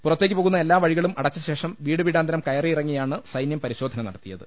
പുറത്തേക്ക് പോകുന്ന എല്ലാ വഴികളും അടച്ചശേഷം വീടുവീടാന്തരം കയറി യിറങ്ങിയാണ് നടത്തിയത്